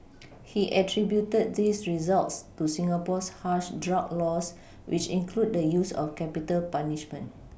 he attributed these results to Singapore's harsh drug laws which include the use of capital punishment